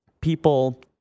people